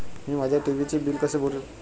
मी माझ्या टी.व्ही चे बिल कसे भरू?